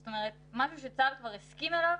זאת אומרת, משהו שצה"ל כבר הסכים עליו,